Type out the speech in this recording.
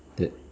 the